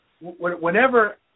whenever